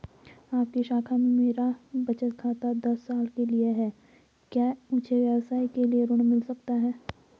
आपकी शाखा में मेरा बचत खाता दस साल से है क्या मुझे व्यवसाय के लिए ऋण मिल सकता है?